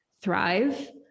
thrive